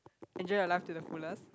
enjoy your life to the fullest